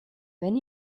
wenn